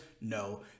No